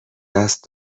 دست